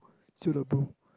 siao liao bro